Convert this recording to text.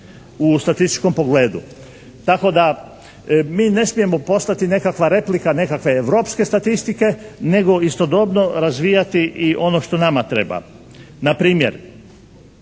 u statističkom pogledu. Tako da mi ne smijemo postati nekakva replika nekakve europske statistike, nego istodobno razvijati i ono što nama treba. Npr.